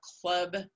club